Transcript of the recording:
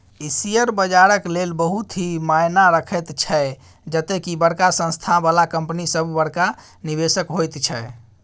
ई share बजारक लेल बहुत ही मायना रखैत छै जते की बड़का संस्था बला कंपनी सब बड़का निवेशक होइत छै